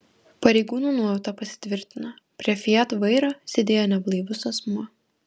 pareigūnų nuojauta pasitvirtino prie fiat vairo sėdėjo neblaivus asmuo